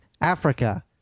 Africa